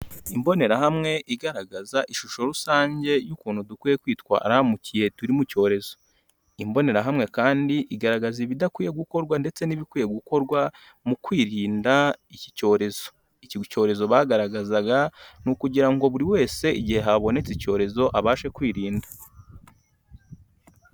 Imbonerahamwe igaragaza ishusho rusange y'ukuntu dukwiye kwitwara mu gihe turi mu cyorezo. Imbonerahamwe kandi igaragaza ibidakwiye gukorwa ndetse n'ibikwiye gukorwa mu kwirinda iki cyorezo. Iki cyorezo bagaragazaga ni ukugira ngo buri wese igihe habonetse icyorezo abashe kwirinda.